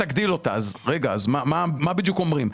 תגדיל אותה" אז מה בדיוק אומרים?